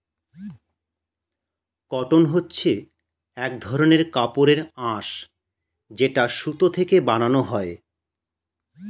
cotton হচ্ছে এক ধরনের কাপড়ের আঁশ যেটা সুতো থেকে বানানো হয়